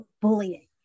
bullying